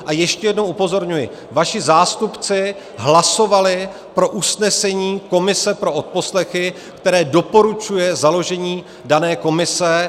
A ještě jednou upozorňuji, vaši zástupci hlasovali pro usnesení komise pro odposlechy, které doporučuje založení dané komise.